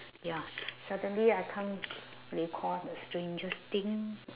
ya suddenly I can't recall the strangest thing